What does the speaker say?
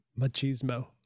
machismo